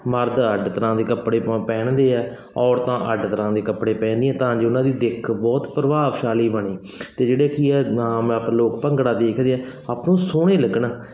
ਮਰਦ ਆ ਅੱਡ ਤਰ੍ਹਾਂ ਦੇ ਕੱਪੜੇ ਪਹਿਣਦੇ ਆ ਔਰਤਾਂ ਅੱਡ ਤਰ੍ਹਾਂ ਦੇ ਕੱਪੜੇ ਪਹਿਣਦੀਆਂ ਤਾਂ ਜੋ ਉਹਨਾਂ ਦੀ ਦਿੱਖ ਬਹੁਤ ਪ੍ਰਭਾਵਸ਼ਾਲੀ ਬਣੇ ਅਤੇ ਜਿਹੜੇ ਕੀ ਆ ਨਾਮ ਆਪਾਂ ਲੋਕ ਭੰਗੜਾ ਦੇਖਦੇ ਹਾਂ ਆਪਾਂ ਨੂੰ ਸੋਹਣੇ ਲੱਗਣ